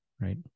right